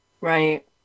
Right